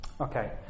Okay